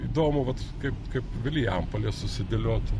įdomu vat kaip kaip vilijampolė susidėliotų